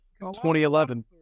2011